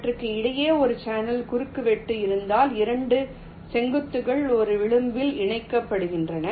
அவற்றுக்கு இடையே ஒரு சேனல் குறுக்குவெட்டு இருந்தால் 2 செங்குத்துகள் ஒரு விளிம்பில் இணைக்கப்படுகின்றன